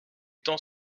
tend